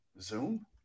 Zoom